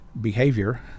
behavior